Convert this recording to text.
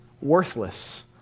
worthless